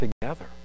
together